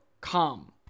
come